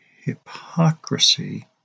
hypocrisy